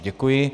Děkuji.